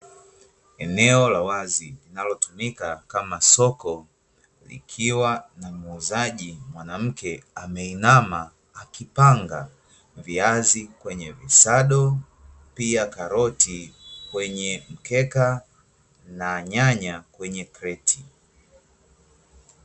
Eneo la wazi linalotumika kama soko, likiwa na muuzaji mwanamke ameinama akipanga viazi kwenye visado, pia, karoti kwenye mkeka, na nyanya kwenye kreti.